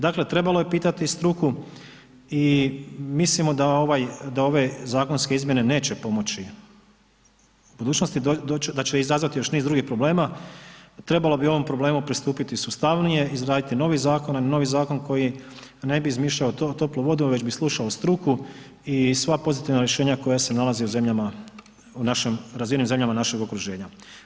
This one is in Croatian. Dakle, trebalo je pitati struku i mislimo da ove zakonske izmjene neće pomoći budućnosti, da će izazvati još niz drugih problema, trebalo bi ovom problemu pristupiti sustavnije, izraditi novi zakon, novi zakon koji ne bi izmišljao toplu vodu, već bi slušao struku i sva pozitivna rješenja koja se nalaze u zemljama u našem, u razvijenim zemljama našeg okruženja.